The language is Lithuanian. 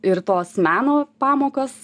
ir tos meno pamokos